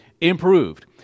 improved